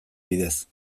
bidez